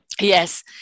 Yes